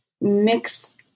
mix